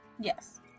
Yes